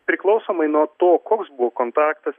priklausomai nuo to koks buvo kontaktas